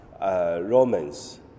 Romans